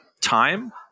time